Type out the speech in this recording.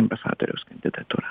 ambasadoriaus kandidatūra